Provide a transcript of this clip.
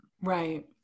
Right